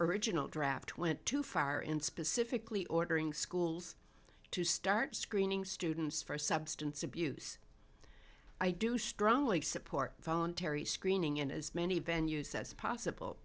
original draft went too far in specifically ordering schools to start screening students for substance abuse i do strongly support voluntary screening in as many venue's that's possible